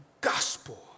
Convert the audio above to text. gospel